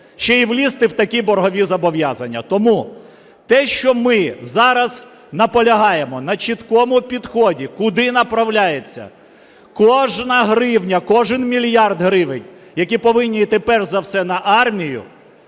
ще й влізти в такі боргові зобов'язання. Тому те, що ми зараз наполягаємо на чіткому підході, куди направляється кожна гривня, кожен мільярд гривень, які повинні йти перш за все на армію,